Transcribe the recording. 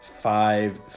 five